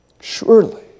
Surely